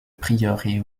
prieuré